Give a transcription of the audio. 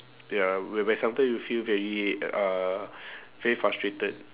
ya whereby sometime you feel very uh very frustrated